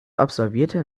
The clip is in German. absolvierte